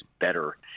better